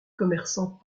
commerçants